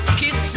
kiss